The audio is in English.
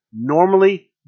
Normally